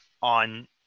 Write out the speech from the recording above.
on